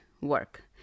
work